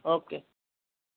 okay